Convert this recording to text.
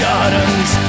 Gardens